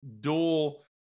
dual